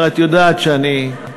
הרי את יודעת שאני,